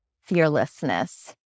fearlessness